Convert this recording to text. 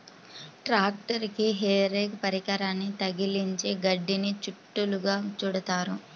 ట్రాక్టరుకి hay rake పరికరాన్ని తగిలించి గడ్డిని చుట్టలుగా చుడుతారు